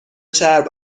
چرب